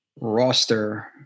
roster